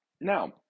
Now